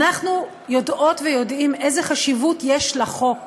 אנחנו יודעות ויודעים איזה חשיבות יש לחוק